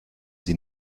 sie